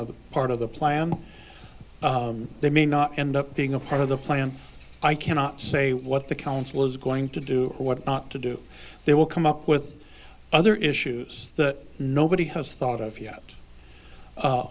of part of the plan they may not end up being a part of the plan i cannot say what the council is going to do or what not to do they will come up with other issues that nobody has thought of yet u